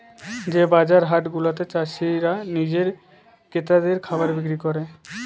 যে বাজার হাট গুলাতে চাষীরা নিজে ক্রেতাদের খাবার বিক্রি করে